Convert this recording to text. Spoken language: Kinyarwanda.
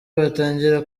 batangira